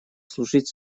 служить